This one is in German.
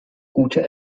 gute